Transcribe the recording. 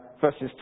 verses